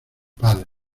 padres